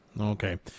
Okay